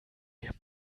wir